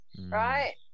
Right